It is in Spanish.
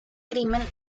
crimen